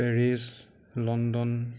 Paris London